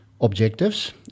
objectives